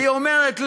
והיא אומרת לי: